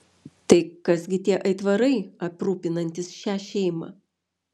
tad kas tie aitvarai aprūpinantys šią šeimą